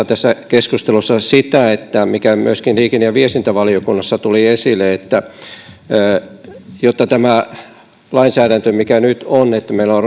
tässä keskustelussa sitä mikä myöskin liikenne ja viestintävaliokunnassa tuli esille että jotta saadaan menestyksellisesti toteutettua tämä lainsäädäntö mikä nyt on että meillä on